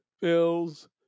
Bills